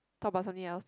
talk about something else